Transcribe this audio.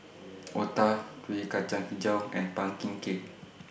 Otah Kuih Kacang Hijau and Pumpkin Cake